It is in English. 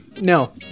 no